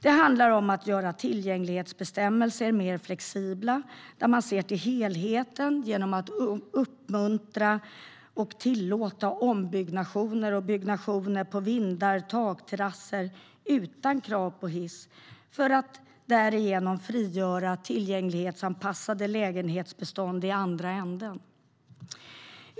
Det handlar om att göra tillgänglighetsbestämmelserna mer flexibla, där man ser till helheten genom att uppmuntra och tillåta ombyggnationer och byggnationer på vindar och takterrasser utan krav på hiss, för att därigenom frigöra tillgänglighetsanpassade lägenhetsbestånd i andra änden.